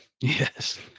Yes